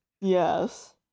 Yes